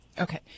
Okay